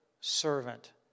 servant